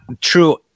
true